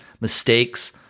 mistakes